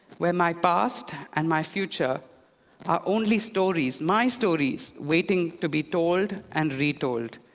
where my past and my future are only stories, my stories, waiting to be told and retold.